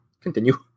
Continue